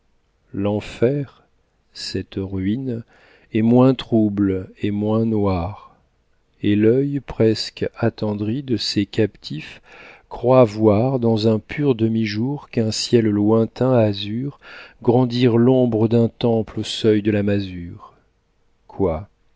l'enfer cette ruine est moins trouble et moins noir et l'œil presque attendri de ces captifs croit voir dans un pur demi-jour qu'un ciel lointain azure grandir l'ombre d'un temple au seuil de la masure quoi